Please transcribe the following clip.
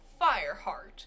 Fireheart